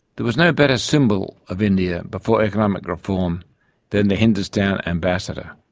there was no better symbol of india before economic reform than the hindustan ambassador.